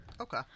Okay